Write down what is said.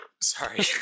Sorry